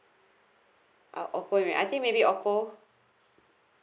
ah oppo I think maybe oppo